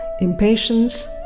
impatience